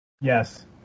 Yes